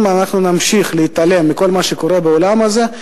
אם נמשיך להתעלם מכל מה שקורה בעולם הזה,